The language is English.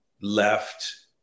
left